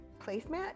placemat